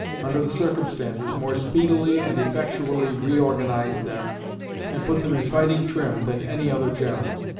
under the circumstances, more speedily and effectually reorganize them and put them in fighting trim than any other general.